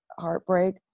heartbreak